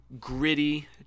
gritty